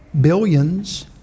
billions